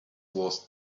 was